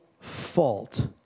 fault